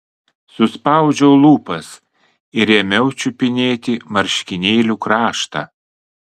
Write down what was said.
suspaudžiau lūpas ir ėmiau čiupinėti marškinėlių kraštą